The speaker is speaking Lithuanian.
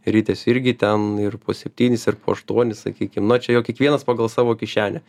ritės irgi ten ir po septynis ir po aštuonis sakykim na čia jau kiekvienas pagal savo kišenę